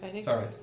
Sorry